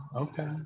okay